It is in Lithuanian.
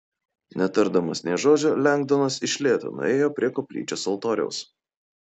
netardamas nė žodžio lengdonas iš lėto nuėjo prie koplyčios altoriaus